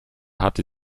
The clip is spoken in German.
hatte